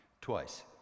twice